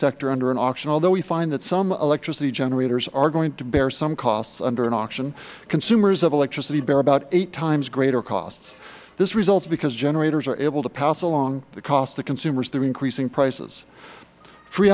sector under an auction although we find that some electricity generators are going to bear some costs under an auction consumers of electricity bear about eight times greater costs this results because generators are able to pass along the cost to consumers through increasing prices free